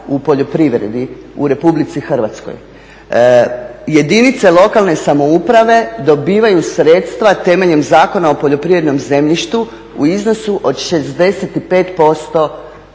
u poljoprivredi u RH. Jedinice lokalne samouprave dobivaju sredstva temeljem Zakona o poljoprivrednom zemljištu u iznosu od 65%